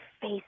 face